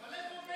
אבל איפה בנט?